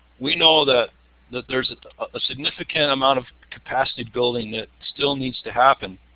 we know that that there is a significant amount of capacity building that still needs to happen.